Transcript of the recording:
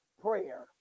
prayer